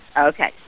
Okay